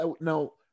no